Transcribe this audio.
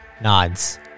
nods